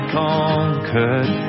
conquered